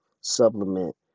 supplement